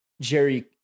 Jerry